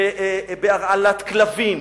בהרעלת כלבים,